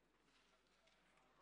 כדרכו,